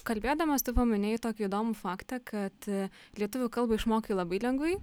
kalbėdamas tu paminėjai tokį įdomų faktą kad lietuvių kalbą išmokau labai lengvai